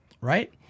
Right